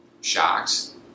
shocked